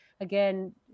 again